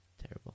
Terrible